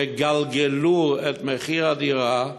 יגלגלו את מחיר הדירה,